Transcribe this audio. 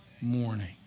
morning